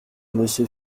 monsieur